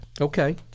Okay